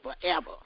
forever